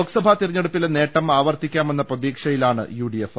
ലോക്സഭാ തെരഞ്ഞെടുപ്പിലെ നേട്ടം ആവർത്തി ക്കാമെന്ന പ്രതീക്ഷയിലാണ് യു ഡി എഫ്